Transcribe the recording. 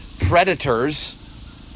predators